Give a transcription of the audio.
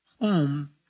home